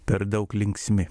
per daug linksmi